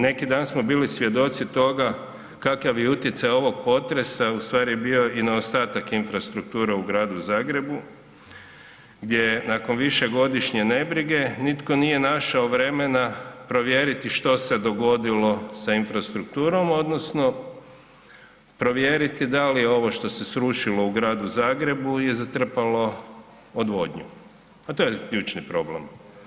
Neki dan smo bili svjedoci toga kakav je utjecaj ovog potresa ustvari bio i na ostatak infrastrukture u Gradu Zagrebu, gdje je nakon višegodišnje nebrige nitko nije našao vremena provjeriti što se dogodilo sa infrastrukturom odnosno provjeriti da li ovo što se srušilo u Gradu Zagrebu je zatrpalo odvodnju, a to je ključni problem?